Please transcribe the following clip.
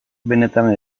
benetan